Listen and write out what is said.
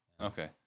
okay